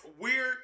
weird